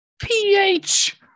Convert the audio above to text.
pH